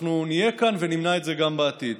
אנחנו נהיה כאן ונמנע את זה גם בעתיד.